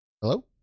Hello